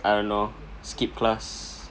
I don't know skip class